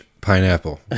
pineapple